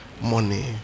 money